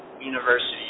university